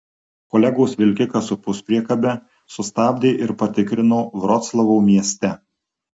kolegos vilkiką su puspriekabe sustabdė ir patikrino vroclavo mieste